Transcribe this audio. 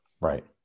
right